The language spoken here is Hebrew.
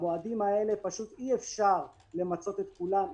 המועדים האלה, אי-אפשר למצות את כולם.